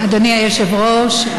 אדוני היושב-ראש,